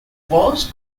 was